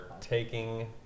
taking